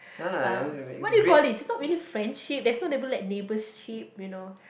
uh what do you call this it's not really friendship there's no label like neighbours ship you know